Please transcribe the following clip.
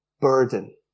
burden